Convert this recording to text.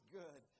good